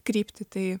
kryptį tai